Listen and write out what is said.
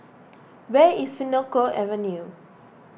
where is Senoko Avenue